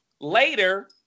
later